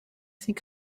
think